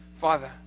Father